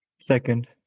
Second